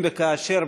אם וכאשר,